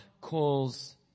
calls